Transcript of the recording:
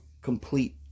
complete